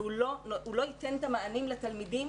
והוא לא ייתן את המענים לתלמידים